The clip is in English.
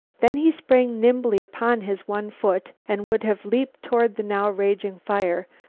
then he sprang nimbly upon his one foot and would have leaped toward the now raging fire,